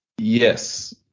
Yes